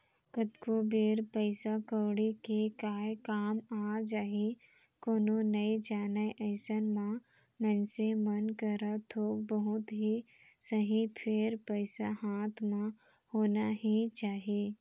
कतको बेर पइसा कउड़ी के काय काम आ जाही कोनो नइ जानय अइसन म मनसे मन करा थोक बहुत ही सही फेर पइसा हाथ म होना ही चाही